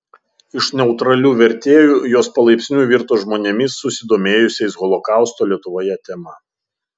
iš neutralių vertėjų jos palaipsniui virto žmonėmis susidomėjusiais holokausto lietuvoje tema